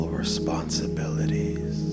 responsibilities